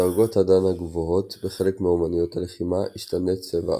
בדרגות הדאן הגבוהות בחלק מאמנויות הלחימה ישתנה צבע החגורה.